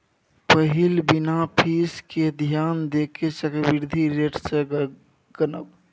पहिल बिना फीस केँ ध्यान देने चक्रबृद्धि रेट सँ गनब